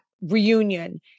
reunion